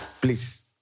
Please